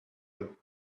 had